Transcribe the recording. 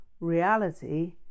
reality